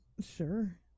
Sure